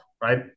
right